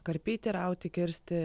karpyti rauti kirsti